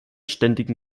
ständigen